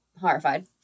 horrified